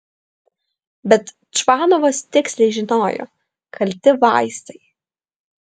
bet čvanovas tiksliai žinojo kalti vaistai